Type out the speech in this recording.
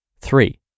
Three